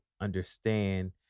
understand